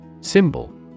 Symbol